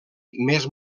més